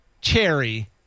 Cherry